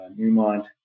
Newmont